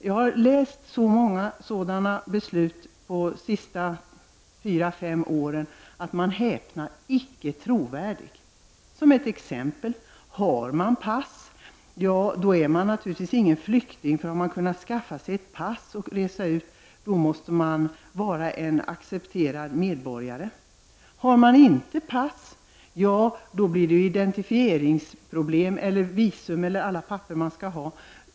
Jag har läst så många beslut de senaste fyra åren att man häpnar — ”icke trovärdig”! T.ex. om man har ett pass är man naturligtvis ingen flykting. Har man kunnat införskaffa ett pass och resa ut måste man vara en accepterad medborgare. Har man inte pass blir det problem med identifiering och visum och alla de papper man skall ha.